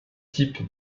type